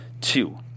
Two